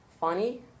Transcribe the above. funny